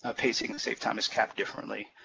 ah paid sick and safe time is capped differently.